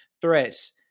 threats